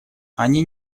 они